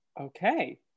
Okay